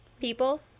People